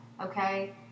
okay